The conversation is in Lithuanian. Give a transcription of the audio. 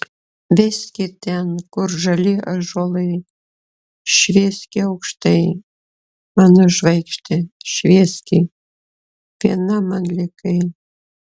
veski ten kur žali ąžuolai švieski aukštai mano žvaigžde švieski viena man likai